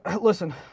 listen